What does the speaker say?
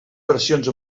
versions